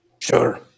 Sure